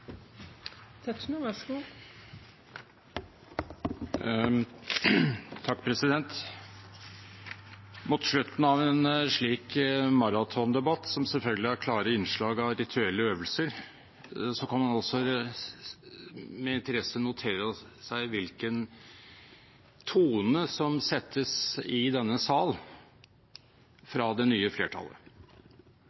Mot slutten av en slik maratondebatt, som selvfølgelig har klare innslag av rituelle øvelser, kan man også med interesse notere seg hvilken tone som settes i denne sal